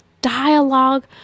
dialogue